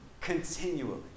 continually